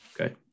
Okay